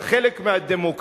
אבל חלק מהדמוקרטיה,